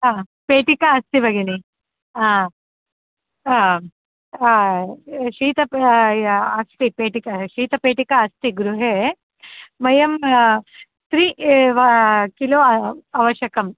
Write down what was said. हा पेटिका अस्ति भगिनि ह शीतम् अस्ति पेटिका शीतपेटिका अस्ति गृहे मह्यं त्रि किलो अवश्यकम्